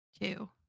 Two